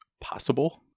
possible